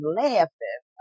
laughing